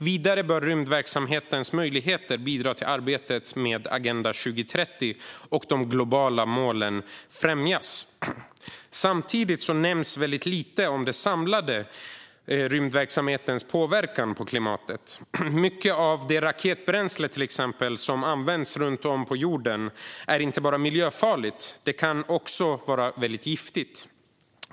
Vidare bör rymdverksamhetens möjligheter att bidra till arbetet med Agenda 2030 och de globala målen främjas." Samtidigt nämns väldigt lite om den samlade rymdverksamhetens påverkan på klimatet. Till exempel är mycket av det raketbränsle som används runt om på jorden inte bara miljöfarligt; det kan också vara giftigt.